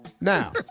Now